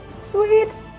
Sweet